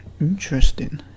Interesting